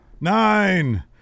nine